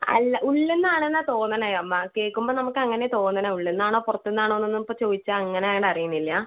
അല്ല ഉള്ളിന്നാണീന്നാണ് തോന്നണെ അമ്മാ കേൾക്കുമ്പം നമുക്ക് അങ്ങനെ തോന്നണെ ഉള്ളിന്നാണോ പുറത്തിന്നാണോന്ന് ഒന്നും ചോദിച്ചാൽ അങ്ങനെ അങ്ങട് അറിയുന്നില്ല